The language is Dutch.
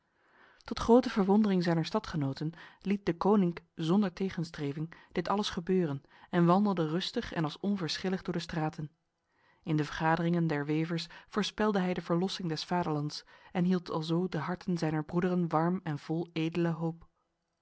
tot grote verwondering zijner stadgenoten liet deconinck zonder tegenstreving dit alles gebeuren en wandelde rustig en als onverschillig door de straten in de vergaderingen der wevers voorspelde hij de verlossing des vaderlands en hield alzo de harten zijner broederen warm en vol edele hoop